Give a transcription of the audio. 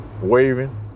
waving